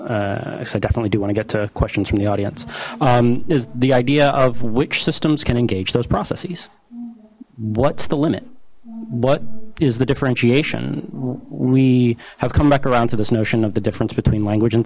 i definitely do want to get to questions from the audience is the idea of which systems can engage those processes what's the limit what is the differentiation we have come back around to this notion of the difference between language and